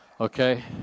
Okay